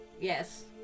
Yes